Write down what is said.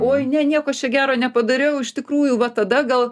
oi ne nieko aš čia gero nepadariau iš tikrųjų va tada gal